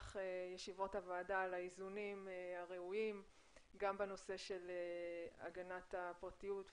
במהלך ישיבות הוועדה על האיזונים הראויים גם בנושא של הגנת הפרטיות,